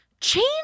change